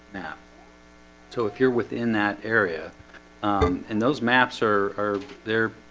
yeah so if you're within that area and those maps are are there